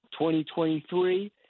2023